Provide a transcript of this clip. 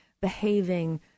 behaving